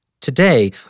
Today